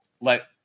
let